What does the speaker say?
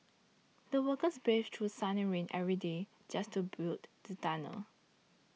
the workers braved through sun and rain every day just to build the tunnel